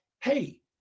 hey